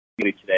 today